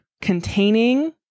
containing